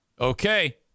Okay